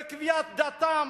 בקביעת דתם.